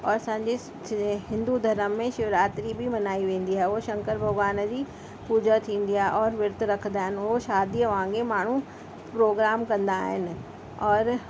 और असांजे हिंदू धर्म में शिवरात्री बि मनाई वेंदी आहे उहो शंकर भॻिवान जी पूजा थींदी आहे औरि विर्त रखंदा आहिनि उहा शादीअ वांगे माण्हू प्रोग्राम कंदा आहिनि औरि